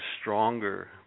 stronger